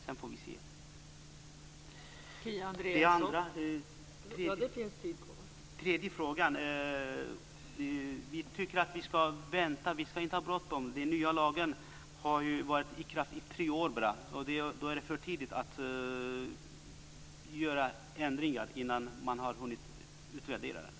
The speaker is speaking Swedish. Sedan får vi se. Beträffande den tredje frågan tycker vi att vi ska vänta och inte ha bråttom. Den nya lagen har ju varit i kraft under bara tre år, och då är det för tidigt att göra ändringar innan man har hunnit utvärdera lagen.